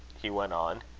he went on,